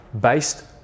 based